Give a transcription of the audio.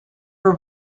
her